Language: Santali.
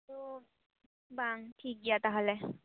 ᱛᱳ ᱵᱟᱝ ᱴᱷᱤᱠ ᱜᱮᱭᱟ ᱛᱟᱦᱟᱞᱮ